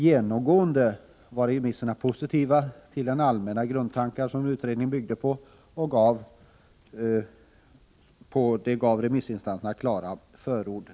Genomgående var remissutlåtandena positiva, och när det gäller de allmänna grundtankar som utredningen byggde på gav remissinstanserna klara förord.